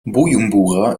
bujumbura